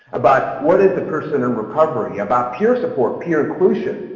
about what is the person in recovery, about peer support, peer inclusion,